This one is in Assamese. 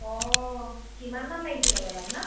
অঁ কিমানমান লাগিছিলে বাৰু আপোনাক